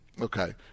Okay